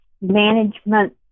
management